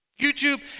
YouTube